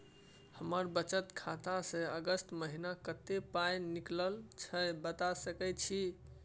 हमर बचत खाता स अगस्त महीना कत्ते पाई निकलल छै बता सके छि?